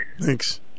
Thanks